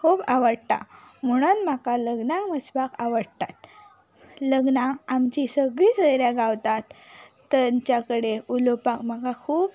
खूब आवडटा म्हणून म्हाका लग्नाक वचपाक आवडटा लग्नाक आमचीं सगळीं सोयऱ्या गावतात तांच्या कडेन उलोवपाक म्हाका खूब